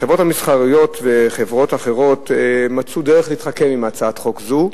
החברות המסחריות וחברות אחרות מצאו דרך להתחכם עם הצעת חוק זו,